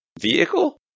vehicle